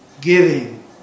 giving